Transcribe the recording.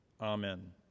amen